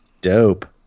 Dope